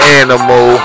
animal